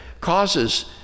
causes